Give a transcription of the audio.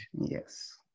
Yes